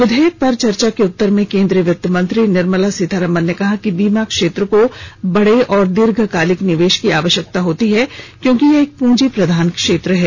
विधेयक पर चर्चा के उत्तर में केंद्रीय वित्त मंत्री निर्मला सीतारामन ने कहा कि बीमा क्षेत्र को बड़े और दीर्घकालिक निवेश की आवश्यकता होती है क्योंकि यह एक पूंजी प्रधान क्षेत्र है